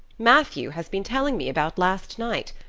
matthew has been telling me about last night.